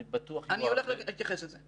אני הולך להתייחס לזה.